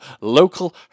local